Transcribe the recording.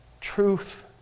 truth